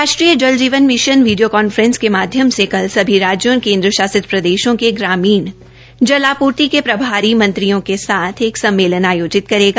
राष्ट्रीय Jal Jeevan mission video conference के माध्यम से कल सभी राज्यों और केन्द्र शासित प्रदेशों के ग्रामीण क्षेत्रा मे जल आपूर्ति के प्रभारी मंत्रियों के साथ एक सम्मेलन आयोजित करेगा